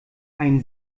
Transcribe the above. ein